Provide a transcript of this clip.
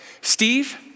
Steve